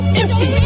empty